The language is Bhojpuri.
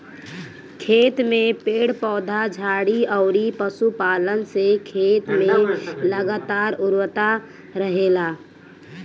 खेत में पेड़ पौधा, झाड़ी अउरी पशुपालन से खेत में लगातार उर्वरता रहेला